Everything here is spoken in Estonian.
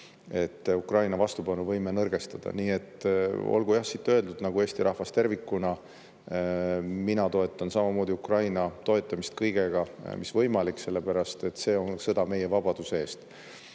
et Ukraina vastupanuvõime nõrgestada. Nii et olgu, jah, siit öeldud, nagu Eesti rahvas tervikuna, mina toetan samamoodi Ukraina toetamist kõigega, mis võimalik, sellepärast et see on sõda meie vabaduse eest. Nüüd,